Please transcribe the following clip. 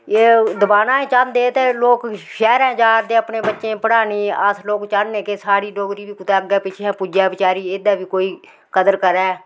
एह् दबाना चांह्दे ते लोक शैह्रैं च जा दे अपने बच्चे पढ़ाने अस लोक चाह्न्ने कि साढ़ी डोगरी बी कुतै अग्गें पिच्छैं पुज्जै बेचारी एहदा बी कोई कदर करै